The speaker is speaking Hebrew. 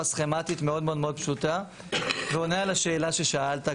סכמטית מאוד פשוטה ועונה על השאלת ששאלת,